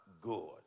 good